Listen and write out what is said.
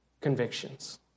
convictions